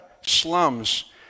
slums